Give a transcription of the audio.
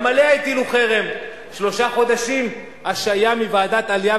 גם עליה הטילו חרם: שלושה חודשים השעיה מוועדת העלייה,